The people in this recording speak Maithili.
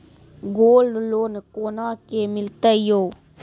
गोल्ड लोन कोना के मिलते यो?